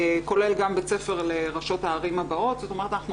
כולל גם בית ספר לראשות הערים הבאות.